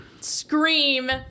Scream